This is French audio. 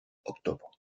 octobre